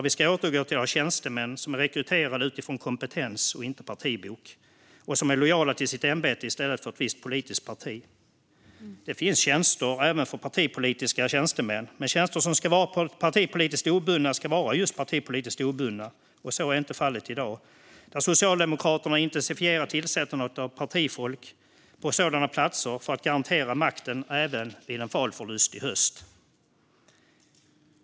Vi ska återgå till att ha tjänstemän som är rekryterade utifrån kompetens och inte utifrån partibok och som är lojala mot sitt ämbete i stället för mot ett visst politiskt parti. Det finns tjänster även för partipolitiska tjänstemän, men tjänster som ska vara partipolitiskt obundna ska vara just partipolitiskt obundna. Så är inte fallet i dag, när Socialdemokraterna har intensifierat tillsättandet av partifolk på sådana platser för att garantera makten även vid en valförlust i höst.